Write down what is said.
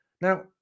Now